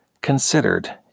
considered